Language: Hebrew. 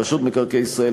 רשות מקרקעי ישראל,